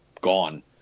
gone